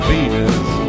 Venus